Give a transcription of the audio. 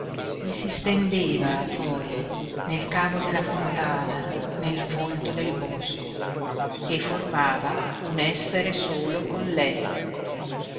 e si stendeva poi nel cavo della fontana nel folto del bosco e formava un essere solo con lei